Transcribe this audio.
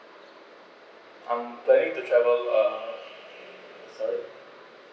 I'm planning to travel uh sorry